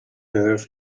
earth